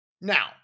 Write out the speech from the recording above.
Now